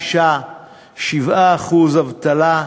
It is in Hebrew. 5.6% 7% אבטלה,